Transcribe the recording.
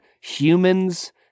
humans